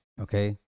Okay